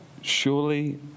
Surely